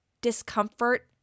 discomfort